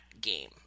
game